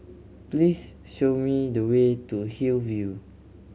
please show me the way to Hillview